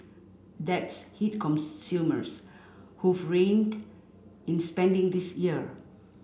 that's hit consumers who've reined in spending this year